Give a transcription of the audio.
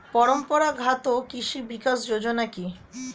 পরম্পরা ঘাত কৃষি বিকাশ যোজনা কি?